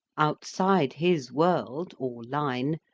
outside his world, or line,